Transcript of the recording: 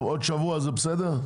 עוד שבוע זה בסדר?